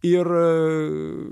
ir a